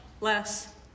less